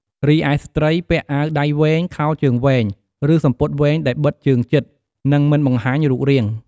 រីឯស្ត្រីពាក់អាវដៃវែង ខោជើងវែង ឬសំពត់វែងដែលបិទជើងជិត និងមិនបង្ហាញរូបរាង។